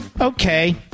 okay